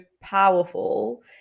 powerful